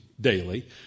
daily